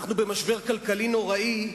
אנחנו במשבר כלכלי נוראי,